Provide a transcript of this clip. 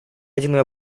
ядерный